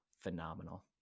phenomenal